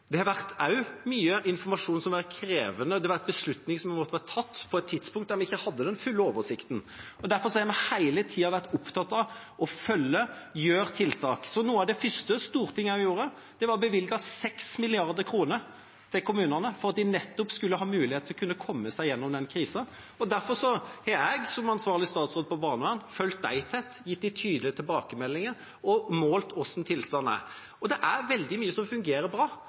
Det har også vært mye krevende informasjon. Det har vært tatt beslutninger på et tidspunkt da vi ikke hadde den fulle oversikten. Derfor har vi hele tida vært opptatt av å følge opp og gjøre tiltak. Noe av det første Stortinget også gjorde, var å bevilge 6 mrd. kr til kommunene for at de nettopp skulle ha mulighet til å komme seg gjennom krisa. Derfor har jeg, som ansvarlig statsråd for barnevernet, fulgt dem tett, gitt dem tydelige tilbakemeldinger og målt hvordan tilstanden er. Det er veldig mye som fungerer bra,